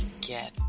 Get